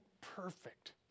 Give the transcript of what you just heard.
perfect